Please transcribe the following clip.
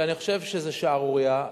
ואני חושב שזה שערורייה,